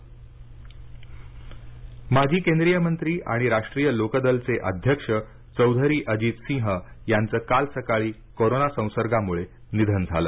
अजित सिंह निधन माजी केंद्रीय मंत्री आणि राष्ट्रीय लोकदलचे अध्यक्षचौधरी अजित सिंह यांचं काल सकाळी कोरोना संसर्गामुळे निधन झालं